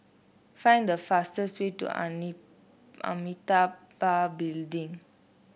find the fastest way to Amitabha Building